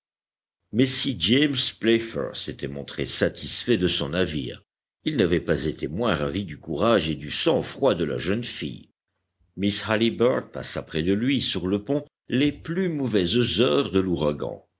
james playfair s'était montré satisfait de son navire il n'avait pas été moins ravi du courage et du sang-froid de la jeune fille miss halliburtt passa près de lui sur le pont les plus mauvaises heures de